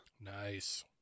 nice